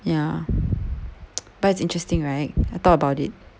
ya but it's interesting right I thought about it